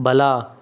ಬಲ